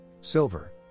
Silver